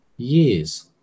years